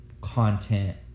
content